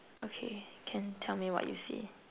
okay can tell me what you see